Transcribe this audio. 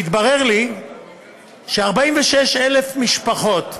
והתברר לי ש-46,000 משפחות,